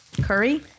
Curry